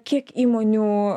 kiek įmonių